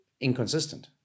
inconsistent